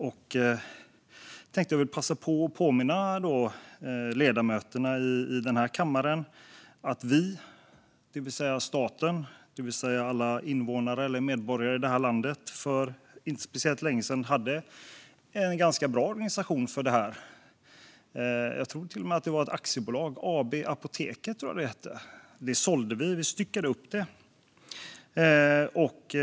Jag vill då passa på att påminna ledamöterna i den här kammaren om att vi, det vill säga staten, alla invånare och medborgare i det här landet, för inte speciellt länge sedan hade en ganska bra organisation för detta. Jag tror att det till och med var ett aktiebolag. AB Apoteket tror jag att det hette. Vi styckade upp det och sålde det.